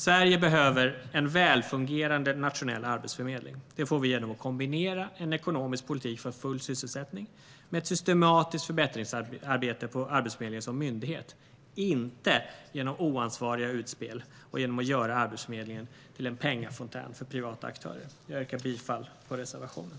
Sverige behöver en välfungerande nationell arbetsförmedling. Det får vi genom att kombinera en ekonomisk politik för full sysselsättning med ett systematiskt förbättringsarbete på Arbetsförmedlingen som myndighet, inte genom oansvariga utspel och genom att göra Arbetsförmedlingen till en pengafontän för privata aktörer. Jag yrkar bifall till reservationen.